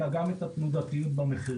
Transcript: אלא גם את התנודתיות במחירים.